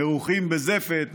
מרוחים בזפת,